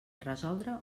resoldre